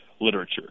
literature